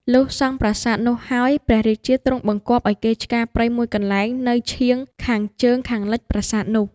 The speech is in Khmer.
លុះសង់ប្រាសាទនោះហើយ ព្រះរាជាទ្រង់បង្គាប់ឲ្យគេឆ្ការព្រៃមួយកន្លែង នៅឈាងខាងជើងខាងលិចប្រាសាទនោះ